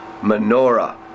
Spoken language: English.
menorah